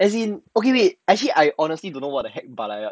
as in okay wait actually I honestly don't know what the heck balayage